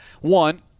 one